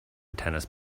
tennis